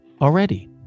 already